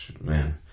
man